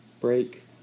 break